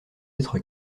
être